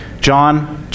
John